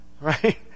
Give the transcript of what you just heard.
right